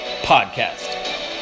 podcast